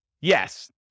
Yes